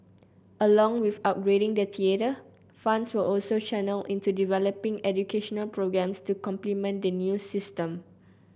along with upgrading the theatre funds were also channelled into developing educational programmes to complement the new system